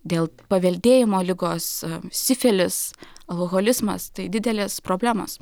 dėl paveldėjimo ligos sifilis alkoholizmas tai didelės problemos